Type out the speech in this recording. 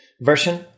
version